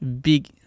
Big